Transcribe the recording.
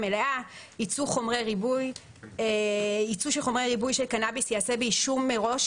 33.ייצוא חומרי ריבוי ייצוא של חומרי ריבוי של קנאביס ייעשה באישור מראש